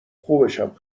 خوبشم